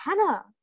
Hannah